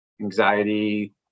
anxiety